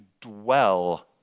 dwell